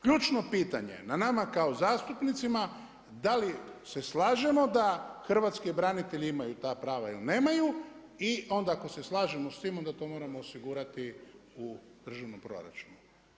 Ključno pitanje na nama kao zastupnicima, da li se slažemo da hrvatski branitelji imaju ta prava ili nemaju i onda ako se slažemo s tim onda to moramo osigurati u državnom proračunu.